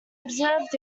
observed